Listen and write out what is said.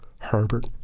Herbert